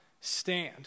stand